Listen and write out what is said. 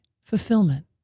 fulfillment